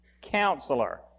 Counselor